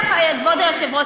כבוד היושב-ראש,